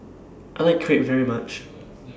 I like Crepe very much